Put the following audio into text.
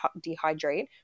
dehydrate